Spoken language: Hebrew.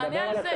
תענה על זה.